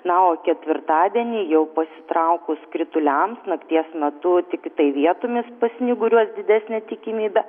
na o ketvirtadienį jau pasitraukus krituliams nakties metu tiktai vietomis pasnyguriuos didesnė tikimybė